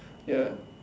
ya